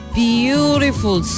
beautiful